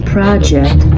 Project